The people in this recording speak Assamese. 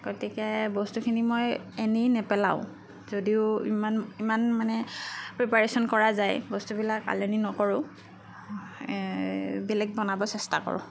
গতিকে বস্তুখিনি মই এনেই নেপেলাওঁ যদিও ইমান ইমান মানে প্ৰিপাৰেশ্যন কৰা যায় বস্তুবিলাক পেলনি নকৰোঁ এই বেলেগ বনাব চেষ্টা কৰোঁ